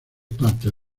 partes